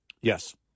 Yes